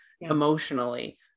emotionally